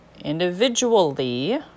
individually